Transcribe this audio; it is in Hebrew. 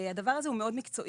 הדבר הזה הוא מאוד מקצועי,